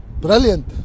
brilliant